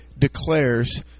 declares